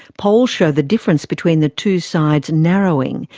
polls show the difference between the two sides narrowing,